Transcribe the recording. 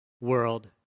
world